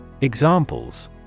Examples